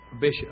Bishop